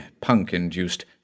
punk-induced